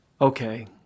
Okay